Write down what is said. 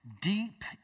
Deep